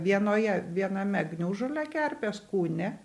vienoje viename gniužule kerpės kūne